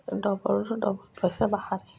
ଡ଼ବଲ୍ର double ପଇସା ବାହାରେ